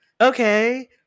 okay